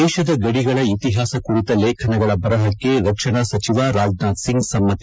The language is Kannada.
ದೇಶದ ಗಡಿಗಳ ಇತಿಹಾಸ ಕುರಿತ ಲೇಖನಗಳ ಬರಹಕ್ಕೆ ರಕ್ಷಣಾ ಸಚಿವ ರಾಜನಾಥ್ ಸಿಂಗ್ ಸಮ್ಮತಿ